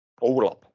overlap